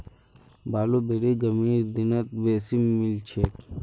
blueberry गर्मीर दिनत बेसी मिलछेक